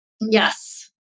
Yes